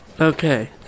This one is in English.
Okay